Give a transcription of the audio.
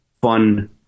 fun